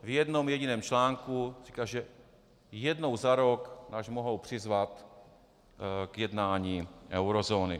V jednom jediném článku říká, že jednou za rok nás mohou přizvat k jednání eurozóny.